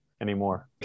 anymore